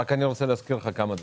אבל אני רק רוצה להזכיר לך כמה דברים.